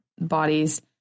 bodies